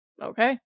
Okay